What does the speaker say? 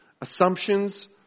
assumptions